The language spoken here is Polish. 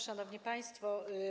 Szanowni Państwo!